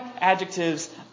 adjectives